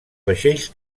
vaixells